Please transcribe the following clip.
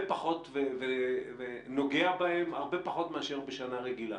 פחות ונוגע בהם הרבה פחות מאשר בשנה רגילה.